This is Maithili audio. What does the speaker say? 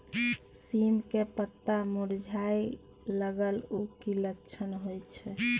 सीम के पत्ता मुरझाय लगल उ कि लक्षण होय छै?